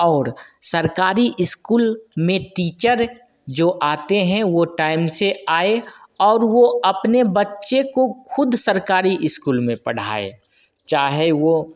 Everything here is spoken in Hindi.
और सरकारी इस्कूल में टीचर जो आते हैं वो टाइम से आए और वो अपने बच्चे को खुद सरकारी इस्कूल में पढ़ाए चाहे वो